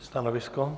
Stanovisko?